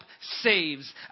saves